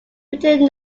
written